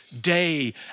Day